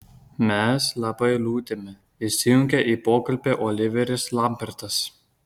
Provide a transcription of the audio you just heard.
mes labai liūdime įsijungė į pokalbį oliveris lambertas